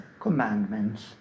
commandments